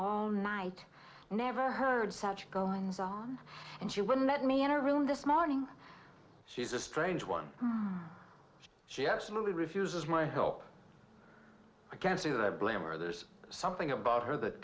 all night never heard such goings on and she wouldn't let me in her room this morning she's a strange one she absolutely refuses my help i can't say that i blame her there's something about her that